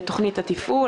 לתוכנית התפעול.